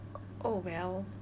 oh well